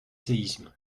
séismes